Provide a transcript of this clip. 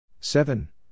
seven